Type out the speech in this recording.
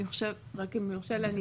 רק אם יורשה לי,